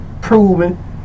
proven